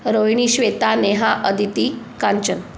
Rovini Shweta Neha Aditi Kanchan